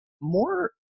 more